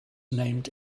named